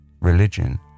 religion